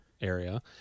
area